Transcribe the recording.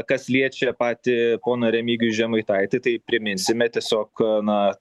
kas liečia patį poną remigijų žemaitaitį tai priminsime tiesiog na